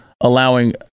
allowing